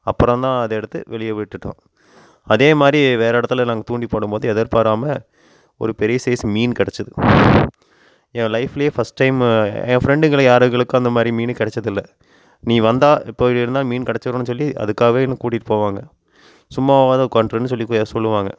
அப்புறந்தான் அதை எடுத்து வெளியே விட்டுட்டோம் அதேமாதிரி வேறு இடத்துல நாங்கள் தூண்டி போடும்போது எதிர்பாராமல் ஒரு பெரிய சைஸ் மீன் கிடைச்சிது ஏன் லைஃப்லே ஃபஸ்ட் டைமு என் ஃப்ரெண்டுகளை யாருகளுக்கும் அந்தமாதிரி மீன் கிடைச்சதில்ல நீ வந்தால் இப்போ வேணா மீன் கிடைச்சிருன்னு சொல்லி அதுக்காவே என்ன கூட்டிகிட்டு போவாங்க சும்மாவது உட்காந்ட்ருன்னு சொல்லி சொல்லுவாங்க